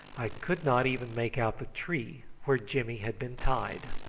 i could not even make out the tree where jimmy had been tied.